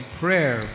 prayer